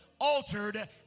altered